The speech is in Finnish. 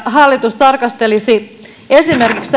hallitus tarkastelisi esimerkiksi